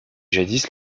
jadis